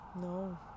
No